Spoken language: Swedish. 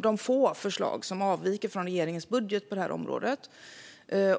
de få förslag som avviker från regeringens budget på området.